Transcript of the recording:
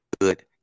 good